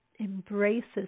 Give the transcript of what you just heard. embraces